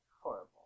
Horrible